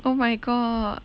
oh my god